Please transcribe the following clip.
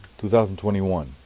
2021